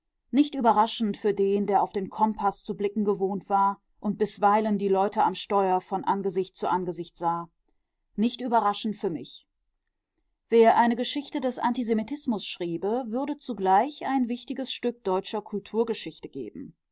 nicht überraschend für den der auf den kompaß zu blicken gewohnt war und bisweilen die leute am steuer von angesicht zu angesicht sah nicht überraschend für mich wer eine geschichte des antisemitismus schriebe würde zugleich ein wichtiges stück deutscher kulturgeschichte geben